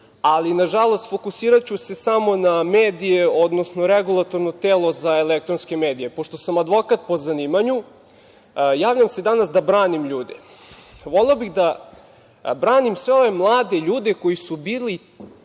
ali nažalost fokusiraću se samo na medije, odnosno Regulatorno telo za elektronske medije. Pošto sam advokat po zanimanju, javljam se danas da branim ljude. Voleo bih da branim sve ove mlade ljude koji su bili